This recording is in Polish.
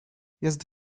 jest